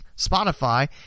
Spotify